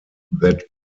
that